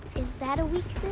is that a